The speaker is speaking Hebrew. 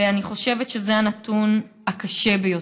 ואני חושבת שזה הנתון הקשה ביותר.